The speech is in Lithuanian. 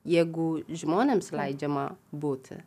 jeigu žmonėms leidžiama būti